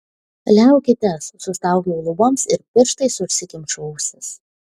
liaukitės sustaugiau luboms ir pirštais užsikimšau ausis